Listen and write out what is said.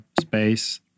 space